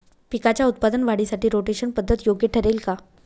पिकाच्या उत्पादन वाढीसाठी रोटेशन पद्धत योग्य ठरेल का?